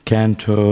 Canto